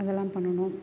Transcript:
அதெலாம் பண்ணனும்